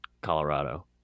Colorado